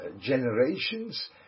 generations